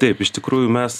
taip iš tikrųjų mes